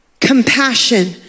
Compassion